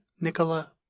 Nicola